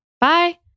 Bye